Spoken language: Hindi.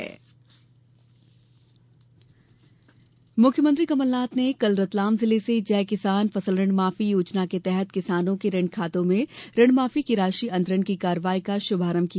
ऋणमाफी मुख्यमंत्री कमलनाथ ने कल रतलाम जिले से जय किसान ऋणमाफी योजना के तहत किसानों के ऋण खातों में ऋण माफी की राशि अंतरण की कार्यवाही का शुभारंभ किया